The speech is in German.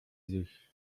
sich